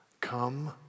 Come